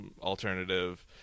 alternative